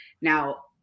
now